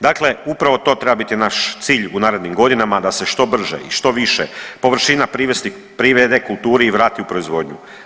Dakle, upravo to treba biti naš cilj u narednim godinama da se što brže i što više površina privede kulturi i vrati u proizvodnju.